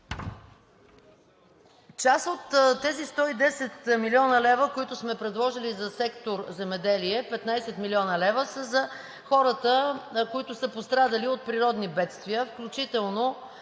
Част от тези 110 млн. лв., които сме предложили за сектор „Земеделие“ – 15 млн. лв., са за хората, които са пострадали от природни бедствия, включително